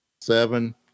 seven